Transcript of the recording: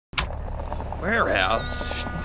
Warehouse